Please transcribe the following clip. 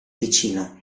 ticino